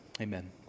amen